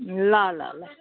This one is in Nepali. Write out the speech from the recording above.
ल ल ल